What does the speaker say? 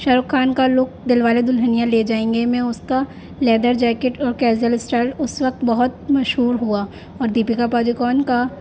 شاہ رخ خان کا look Dilwale Dulhania Le Jayenge میں اس کا لیدر جیکٹ اور کیزوئل اسٹائل اس وقت بہت مشہور ہوا اور دیپیکا پادوکون کا